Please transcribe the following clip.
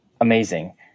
Amazing